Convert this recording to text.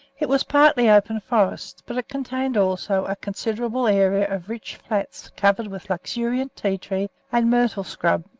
it was partly open forest, but it contained, also, a considerable area of rich flats covered with luxuriant tea tree and myrtle scrub,